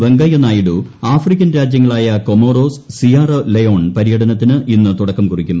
Venkaiah Naidu African രാജ്യങ്ങളായ Comoros Sierra Leone പര്യടനത്തിന് ഇന്ന് തുടക്കം കുറിക്കും